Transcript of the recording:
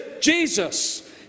Jesus